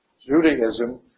Judaism